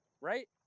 right